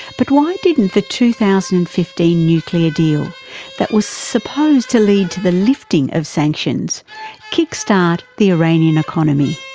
but why didn't the two thousand and fifteen nuclear deal that was supposed to lead to the lifting of sanctions kick-start the iranians economy?